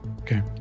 Okay